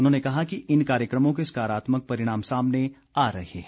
उन्होंने कहा कि इन कार्यक्रमों के सकारात्मक परिणाम सामने आ रहे हैं